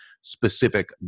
specific